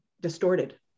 distorted